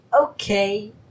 okay